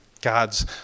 God's